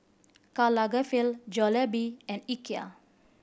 Karl Lagerfeld Jollibee and Ikea